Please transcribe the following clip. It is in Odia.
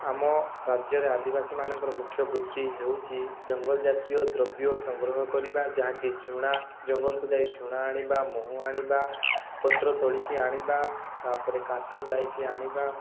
ଆମ ରାଜ୍ୟରେ ଆଦିବାସୀମାନଙ୍କର ମୁଖ୍ୟ ବୃତ୍ତି ହେଉଛି ଜଙ୍ଗଲ ଜାତୀୟ ଦ୍ରବ୍ୟ ସଂଗ୍ରହ କରିବା ଯାହାକି ଝୁଣା ଜଙ୍ଗଲକୁ ଯାଇ ଝୁଣା ଆଣିବା ମହୁ ଆଣିବା ପତ୍ର ତୋଳିକି ଆଣିବା ତା'ପରେ କାଠ ଯାଇକି ଆଣିବା